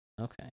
okay